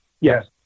Yes